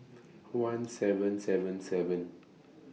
one seven seven seven